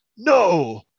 No